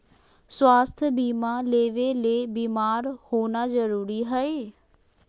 स्वास्थ्य बीमा लेबे ले बीमार होना जरूरी हय?